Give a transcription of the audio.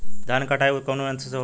धान क कटाई कउना यंत्र से हो?